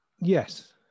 Yes